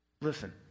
Listen